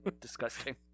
Disgusting